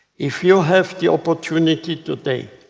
if you have the opportunity today,